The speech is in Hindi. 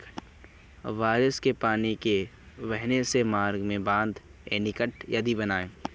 बारिश के पानी के बहाव के मार्ग में बाँध, एनीकट आदि बनाए